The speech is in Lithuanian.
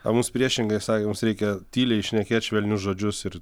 o mums priešingai sakė mums reikia tyliai šnekėt švelnius žodžius ir